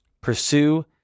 Pursue